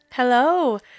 Hello